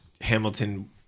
Hamilton